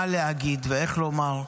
מה להגיד ואיך לומר.